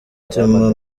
gutema